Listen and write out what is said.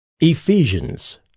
Ephesians